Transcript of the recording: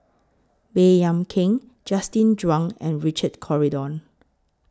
Baey Yam Keng Justin Zhuang and Richard Corridon